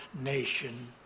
nation